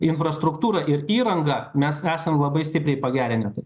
infrastruktūrą ir įrangą mes esam labai stipriai pagerinti